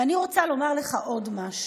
ואני רוצה לומר לך עוד משהו.